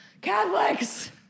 Catholics